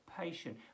patient